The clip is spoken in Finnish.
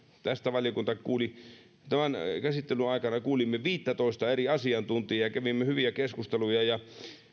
valiokunta kuuli tämän käsittelyn aikana viittätoista eri asiantuntijaa ja kävimme hyviä keskusteluja ja